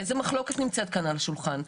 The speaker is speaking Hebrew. איזה מחלקות נמצאת כאן על השולחן.